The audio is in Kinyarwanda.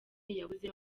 yabuze